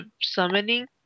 summoning